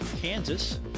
Kansas